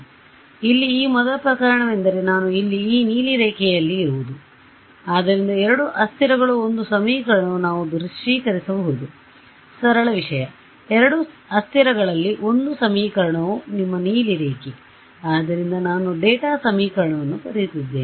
ಆದ್ದರಿಂದ ಇಲ್ಲಿ ಈ ಮೊದಲ ಪ್ರಕರಣವೆಂದರೆ ನಾನು ಇಲ್ಲಿ ಈ ನೀಲಿ ರೇಖೆಯಲ್ಲಿ ಇರುವುದು ಆದ್ದರಿಂದ ಎರಡು ಅಸ್ಥಿರಗಳು ಒಂದು ಸಮೀಕರಣವು ನಾವು ದೃಶ್ಯೀಕರಿಸಬಹುದಾದ ಸರಳ ವಿಷಯ ಎರಡು ಅಸ್ಥಿರಗಳಲ್ಲಿ ಒಂದು ಸಮೀಕರಣವು ನಿಮ್ಮ ನೀಲಿ ರೇಖೆ ಆದ್ದರಿಂದ ನಾನು ಡೇಟಾ ಸಮೀಕರಣವನ್ನು ಕರೆಯುತ್ತಿದ್ದೇನೆ